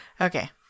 Okay